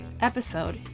episode